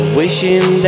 wishing